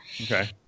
Okay